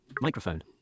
Microphone